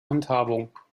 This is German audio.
handhabung